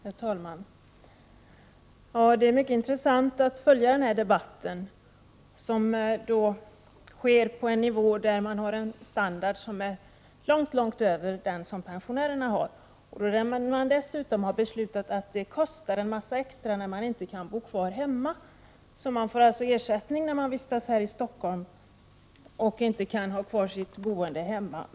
Herr talman! Det är mycket intressant att följa den här debatten, som förs på en nivå där man har en standard långt över den som pensionärerna har. Man har dessutom beslutat att det kostar en massa extra när man inte kan bo kvar hemma. Man får alltså ersättning när man vistas här i Stockholm och inte kan ha kvar sitt boende hemma.